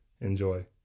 Enjoy